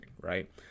right